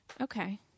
Okay